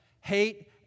hate